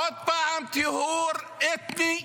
עוד פעם טיהור אתני,